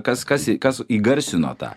kas kas kas įgarsino tą